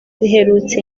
riherutse